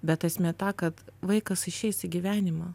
bet esmė ta kad vaikas išeis į gyvenimą